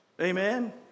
Amen